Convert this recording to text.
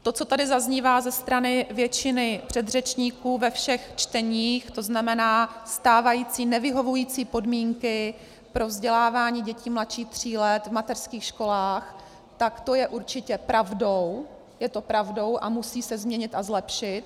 To, co tady zaznívá ze strany většiny předřečníků ve všech čteních, tzn. stávající nevyhovující podmínky pro vzdělávání dětí mladších tří let v mateřských školách, tak to je určitě pravdou, je to pravdou a musí se změnit a zlepšit.